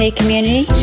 community